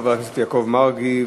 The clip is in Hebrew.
חבר הכנסת יעקב מרגי,